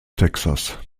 texas